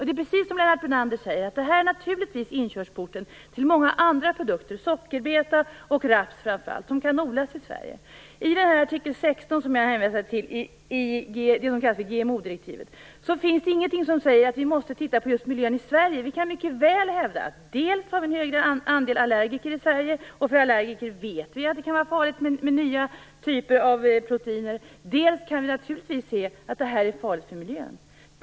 Det är precis som Lennart Brunander säger, att det här naturligtvis är inkörsporten till många andra produkter, sockerbeta och raps framför allt, som kan odlas i I artikel 16 i det som kallas för GMO-direktivet, som jag hänvisar till, finns det ingenting som säger att vi måste titta på just miljön i Sverige. Vi kan mycket väl hävda dels att vi har en högre andel allergiker i Sverige, och vi vet att det kan vara farligt för allergiker med nya typer av proteiner, dels att vi naturligtvis kan se att det här är farligt för miljön.